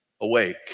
awake